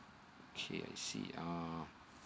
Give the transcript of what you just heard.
okay I see um